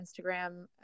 Instagram